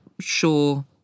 sure